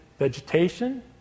vegetation